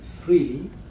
freely